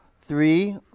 three